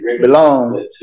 belong